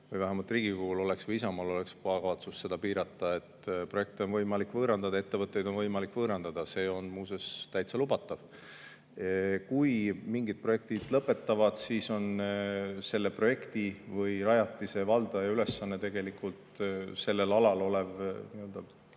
või vähemalt Riigikogul või Isamaal oleks kavatsus seda piirata – võimalik võõrandada, ettevõtteid on võimalik võõrandada. See on muuseas täitsa lubatav. Kui mingid projektid lõppevad, siis on selle projekti või rajatise valdaja ülesanne sellel alal olev